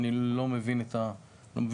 אני לא מבין את האמירה.